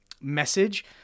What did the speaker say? message